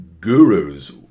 gurus